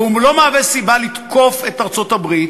והוא לא מהווה סיבה לתקוף את ארצות-הברית,